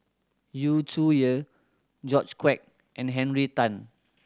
Yu Zhuye George Quek and Henry Tan